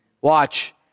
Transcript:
Watch